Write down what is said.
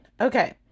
Okay